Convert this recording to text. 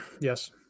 Yes